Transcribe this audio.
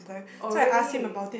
oh really